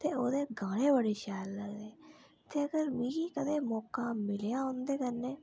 ते ओह्दे गाने बड़े शैल लगदे जेकर मिगी कुदें मौका मिलेआ उंदे कन्नै